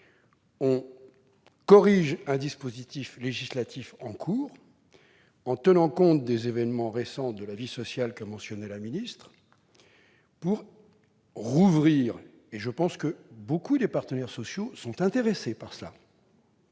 on corrige un dispositif législatif en cours en tenant compte des événements récents de la vie sociale que Mme la ministre a mentionnés pour rouvrir- à mon sens, beaucoup des partenaires sociaux sont intéressés par cela